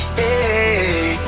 hey